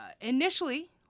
initially